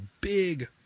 big